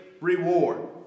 reward